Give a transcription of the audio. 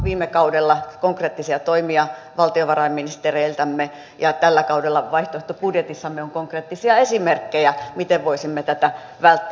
viime kaudella tuli konkreettisia toimia valtiovarainministereiltämme ja tällä kaudella vaihtoehtobudjetissamme on konkreettisia esimerkkejä miten voisimme tätä välttää